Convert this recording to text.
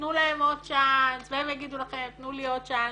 תנו להם עוד צ'אנס והם יגידו לכם תנו לי עוד צ'אנס.